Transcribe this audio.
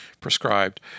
prescribed